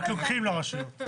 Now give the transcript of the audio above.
רק לוקחים לרשויות.